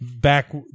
back